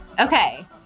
Okay